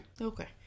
Okay